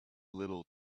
little